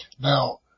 Now